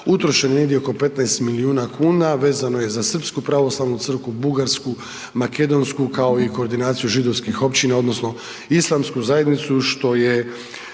utrošeno je negdje oko 15 milijuna kuna, vezano je za srpsku pravoslavnu crkvu, bugarsku, makedonsku, kao i koordinaciju židovskih općina odnosno islamsku zajednicu, što je